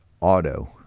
auto